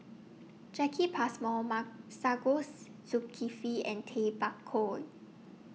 Jacki Passmore Masagos Zulkifli and Tay Bak Koi